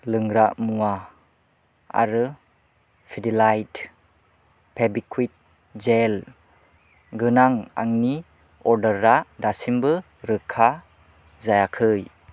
लोंग्रा मुवा आरो फिडिलाइट फेविक्वित जेल गोनां आंनि अर्डारा दासिमबो रोखा जायाखै